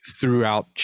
throughout